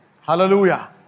Hallelujah